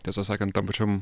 tiesą sakant tam pačiam